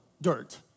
dirt